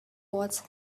was